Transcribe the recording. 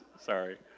sorry